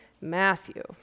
Matthew